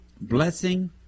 blessing